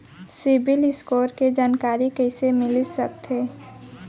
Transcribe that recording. CIBIL score के जानकारी कइसे मिलिस सकथे?